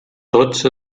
tots